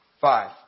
five